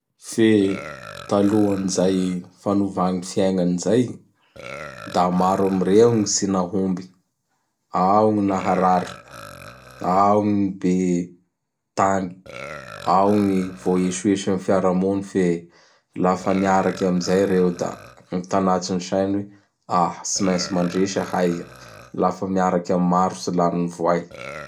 Fe talohan'izay fagnova gny fiaignany zay. Da maro am reo gn tsy nahomby. Ao gny naharary, ao gn be tagny, ao gn vô esoeso am fiaraha-mony fe lafa niaraky amzay reo da gny tanatin sainy hoe, Tsy maintsy mandresy ahay! Laha fa miaraky amin'ny maro tsy lanin'ny Voay.